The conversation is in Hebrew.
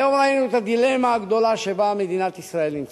היום ראינו את הדילמה הגדולה שבה מדינת ישראל נמצאת.